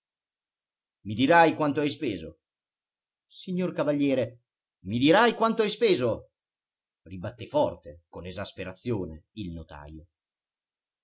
i dirai quanto hai speso ignor avaliere i dirai quanto hai speso ribatté forte con esasperazione il notajo